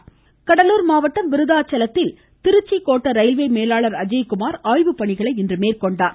ஆய்வு கடலார் கடலூர் மாவட்டம் விருத்தாச்சலத்தில் திருச்சி கோட்ட ரயில்வே மேலாளர் அஜய்குமார் ஆய்வுப்பணிகளை இன்று மேற்கொண்டார்